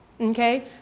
Okay